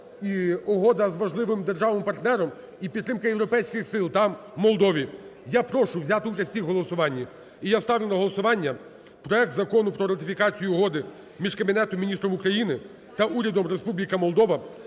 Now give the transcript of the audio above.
і угода з важливим державним партнером і підтримки європейських сил там, у Молдові. Я прошу взяти участь всіх у голосуванні. І я ставлю на голосування проект Закону про ратифікацію Угоди між Кабінетом Міністрів України та Урядом Республіки Молдова